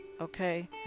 okay